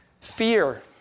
fear